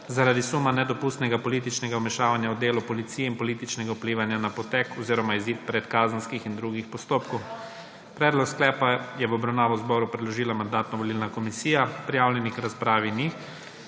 zaradi suma nedopustnega političnega vmešavanja v delo policije in političnega vplivanja na potek oziroma izid predkazenskih in drugih postopkov. Predlog sklepa je v obravnavo zboru predložila Mandatno-volilna komisija. Prijavljenih k razpravi ni.